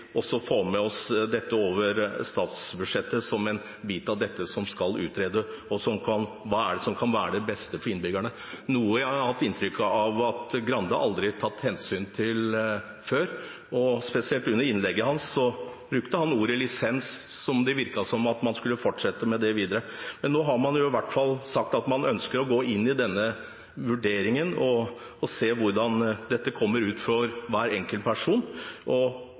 med oss dette over statsbudsjettet, som en bit av dette som skal utredes for å se hva som kan være det beste for innbyggerne, noe jeg har inntrykk av at Grande aldri har tatt hensyn til før. I innlegget sitt brukte han ordet «lisens», så det virket som om man skulle fortsette med det. Nå har man i hvert fall sagt at man ønsker å gå inn i denne vurderingen og se hvordan dette kommer ut for hver enkelt person. Fra og